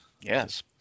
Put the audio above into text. yes